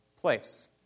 place